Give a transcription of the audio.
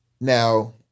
Now